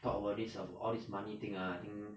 talk about this all this money thing ah I think